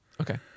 Okay